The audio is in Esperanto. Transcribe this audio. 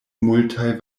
multaj